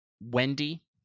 Wendy